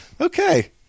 Okay